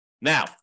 Now